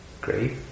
great